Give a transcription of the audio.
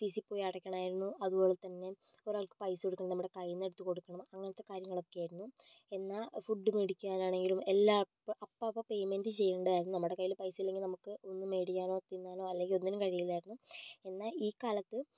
ഓഫീസിൽ പോയി അടയ്ക്കണമായിരുന്നു അതുപോലെ തന്നെ ഒരാൾക്ക് പൈസ കൊടുക്കണമെങ്കിൽ നമ്മുടെ കയ്യിൽ നിന്ന് എടുത്തു കൊടുക്കണം അങ്ങനത്തെ കാര്യങ്ങളൊക്കെ ആയിരുന്നു എന്നാൽ ഫുഡ് മേടിക്കാൻ ആണെങ്കിലും എല്ലാം അപ്പോഴപ്പോൾ പെയ്മെന്റ് ചെയ്യേണ്ടതായിരുന്നു നമ്മുടെ കയ്യിൽ പൈസ ഇല്ലെങ്കിൽ നമുക്ക് ഒന്നും മേടിക്കാനോ തിന്നാനോ അല്ലെങ്കിൽ ഒന്നിനും കഴിയില്ലായിരുന്നു എന്നാൽ ഈ കാലത്ത്